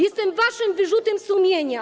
Jestem waszym wyrzutem sumienia.